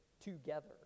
together